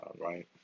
right